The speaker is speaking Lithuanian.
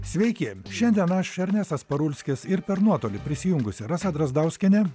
sveiki šiandien aš ernestas parulskis ir per nuotolį prisijungusi rasa drazdauskienė